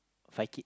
Fai kid